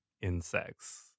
insects